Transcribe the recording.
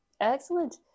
Excellent